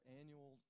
annual